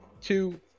two